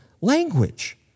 language